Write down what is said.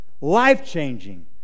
life-changing